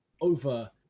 over